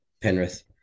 Penrith